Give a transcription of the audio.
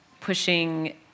pushing